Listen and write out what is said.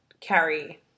carry